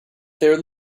their